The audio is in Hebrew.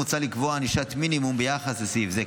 מוצע לקבוע ענישת מינימום ביחס לסעיף זה,